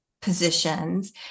positions